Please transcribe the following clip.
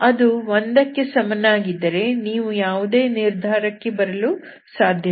ಅದು 1 ಕ್ಕೆ ಸಮನಾಗಿದ್ದರೆ ನೀವು ಯಾವುದೇ ನಿರ್ಧಾರಕ್ಕೆ ಬರಲು ಸಾಧ್ಯವಿಲ್ಲ